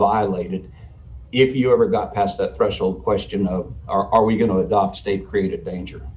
violated if you ever got past the threshold question are we going to adopt state created danger